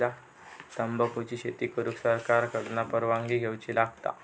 तंबाखुची शेती करुक सरकार कडना परवानगी घेवची लागता